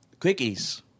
Quickies